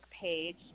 page